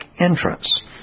entrance